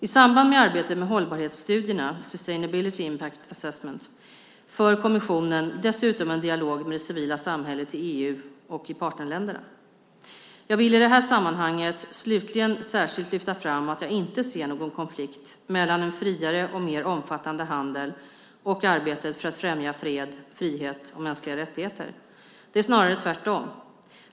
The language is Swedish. I samband med arbetet med hållbarhetsstudierna, Sustainability Impact Assessment, för kommissionen dessutom en dialog med det civila samhället i EU och i partnerländerna. Jag vill i det här sammanhanget slutligen särskilt lyfta fram att jag inte ser någon konflikt mellan en friare och mer omfattande handel och arbetet för att främja fred, frihet och mänskliga rättigheter. Det är snarare tvärtom.